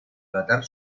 tratar